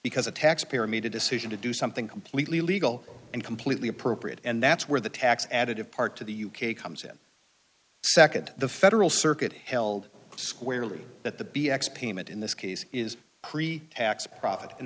because a taxpayer made a decision to do something completely illegal and completely appropriate and that's where the tax additive part to the u k comes in nd the federal circuit held squarely that the be x payment in this case is pretax profit and